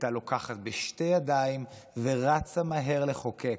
הייתה לוקחת בשתי ידיים ורצה מהר לחוקק.